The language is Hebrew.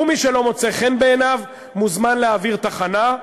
ומי שלא מוצא חן בעיניו מוזמן להעביר תחנה,